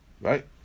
Right